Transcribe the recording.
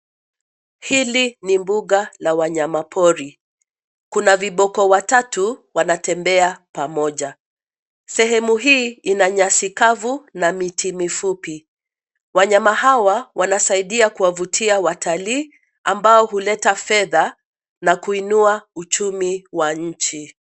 Hili ni mbuga la wanyama pori. Kuna viboko watatu wanatembea pamoja. Sehemu hii ina nyasi kavu na miti mifupi. Wanyama hawa wanasaidia kuwavutia watalii, ambao huleta fedha, na kuinua uchumi wa nchi.